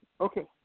Okay